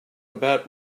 about